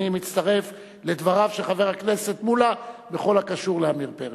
אני מצטרף לדבריו של חבר הכנסת מולה בכל הקשור לעמיר פרץ.